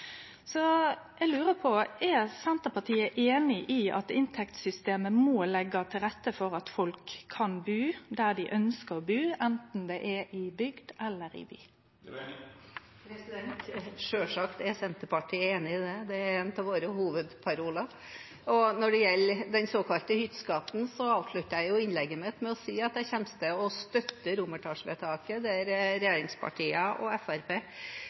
Så eg lurer på: Er Senterpartiet einig i at inntektssystemet må leggje til rette for at folk kan bu der dei ønskjer å bu, enten det er i bygd eller i by? Selvsagt er Senterpartiet enig i det. Det er en av våre hovedparoler. Når det gjelder den såkalte hytteskatten, avsluttet jeg jo innlegget mitt med å si at jeg kommer til å støtte romertallsvedtaket der regjeringspartiene og